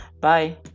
Bye